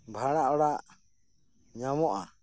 ᱵᱷᱟᱲᱟ ᱚᱲᱟᱜ ᱧᱟᱢᱚᱜᱼᱟ